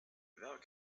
without